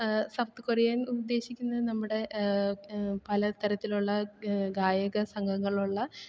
south Korean ഉദ്ദേശിക്കുന്നത് നമ്മുടെ പല തരത്തിലുള്ള ഗായക സംഘങ്ങളുള്ള